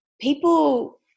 people